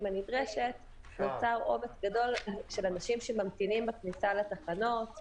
הנדרשת נוצר עומס גדול של אנשים שממתינים בכניסה לתחנות,